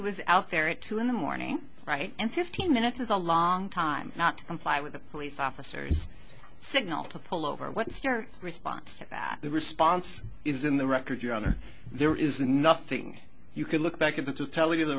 was out there at two in the morning right and fifteen minutes is a long time not to comply with the police officers signal to pull over what's your response the response is in the record your honor there is nothing you can look back over to tell you the